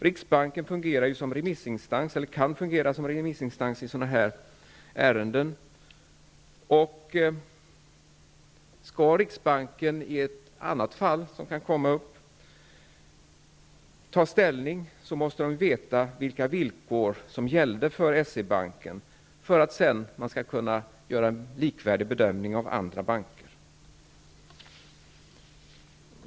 Riksbanken kan ju fungera som remissinstans i sådana här ärenden. Skall riksbanken i något annat fall som kan bli aktuellt ta ställning, måste det vara bekant vilka villkor som gällde för S-E-Banken för att man skall kunna göra en likvärdig bedömning av andra banker.